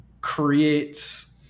creates